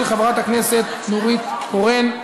של חברת הכנסת נורית קורן.